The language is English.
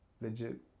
legit